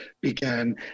began